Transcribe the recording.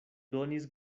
donis